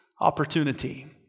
opportunity